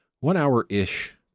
one-hour-ish